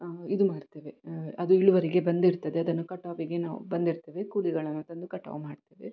ಇದು ಮಾಡ್ತೇವೆ ಅದು ಇಳುವರಿಗೆ ಬಂದಿರ್ತದೆ ಅದನ್ನು ಕಟಾವಿಗೆ ನಾವು ಬಂದಿರ್ತದೆ ಕೂಲಿಗಳನ್ನು ತಂದು ಕಟಾವು ಮಾಡ್ತೇವೆ